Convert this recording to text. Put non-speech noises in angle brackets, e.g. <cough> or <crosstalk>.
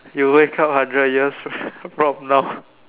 you wake up hundred years <laughs> from now